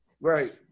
Right